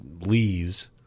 leaves